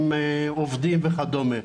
עם עובדים וכדומה.